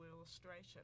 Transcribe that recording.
illustration